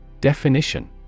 Definition